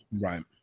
right